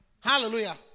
Hallelujah